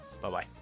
Bye-bye